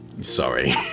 Sorry